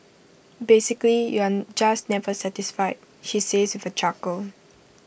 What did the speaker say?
basically you're just never satisfied she says with A chuckle